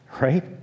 right